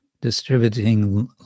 distributing